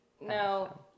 No